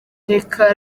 reka